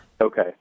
Okay